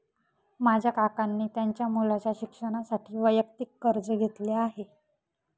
माझ्या काकांनी त्यांच्या मुलाच्या शिक्षणासाठी वैयक्तिक कर्ज घेतले आहे